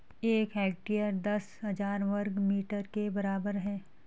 एक हेक्टेयर दस हजार वर्ग मीटर के बराबर है